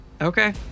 Okay